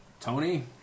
Tony